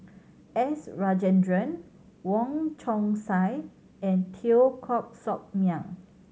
S Rajendran Wong Chong Sai and Teo Koh Sock Miang